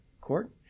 court